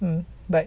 hmm but